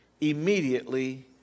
immediately